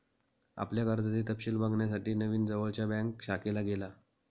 आपल्या कर्जाचे तपशिल बघण्यासाठी नवीन जवळच्या बँक शाखेत गेला